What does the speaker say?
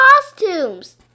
costumes